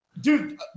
Dude